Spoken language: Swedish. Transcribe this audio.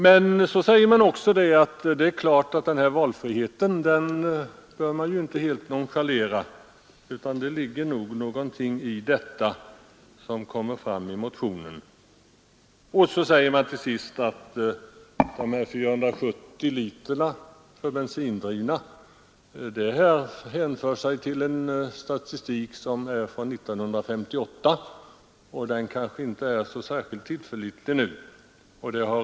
Man säger också att valfriheten inte helt skall nonchaleras, utan det ligger nog någonting i detta som kommer fram i motionen. Så säger man till sist att det nuvarande bidragssystemet med 480 liter för bensindrivna fordon bygger på en statistik från 1958, och den är kanske inte så tillförlitlig nu.